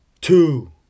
two